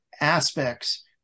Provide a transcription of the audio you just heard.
aspects